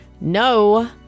No